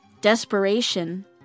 desperation